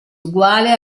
uguale